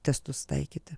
testus taikyti